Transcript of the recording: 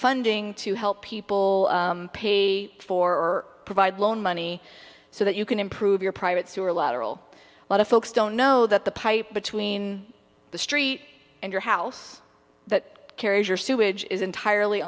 funding to help people pay for or provide loan money so that you can improve your private sewer a lot of whole lot of folks don't know that the pipe between the street and your house that carries your sewage is entirely